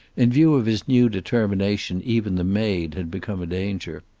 in view of his new determination even the maid had become a danger.